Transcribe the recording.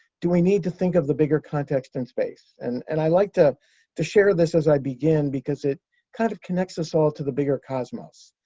do we need to think of the bigger context in space? and and i like to to share this as i begin because it kind of connects us all to the bigger cosmos.